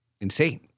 insane